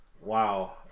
Wow